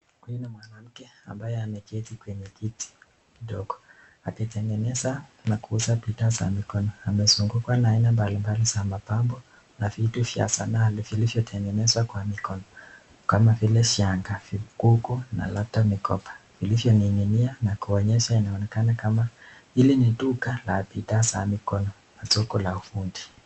Huyu ni mwanamke ambaye ameketi kwenye kiti kidogo akitengeneza na akiuza bidhaa za mikono. Amezungukwa na aina mbalimbali za mapambo na vitu vya sanali vilivyo tengenezwa kwa mikono kama vile shanga, vikuko na labda mikopa, vilivyo ning'inia na kuonyesha inaonekana hili ni duka la bidhaa za mikono na soko la ufundi.